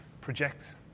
project